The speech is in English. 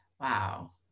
wow